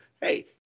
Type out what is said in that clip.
Hey